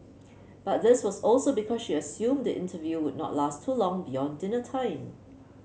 but this was also because she has assumed interview will not last too long beyond dinner time